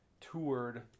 toured